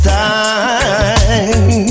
time